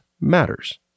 matters